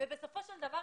ובסופו של דבר,